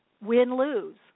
win-lose